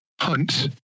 Hunt